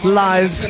live